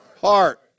heart